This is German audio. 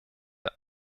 der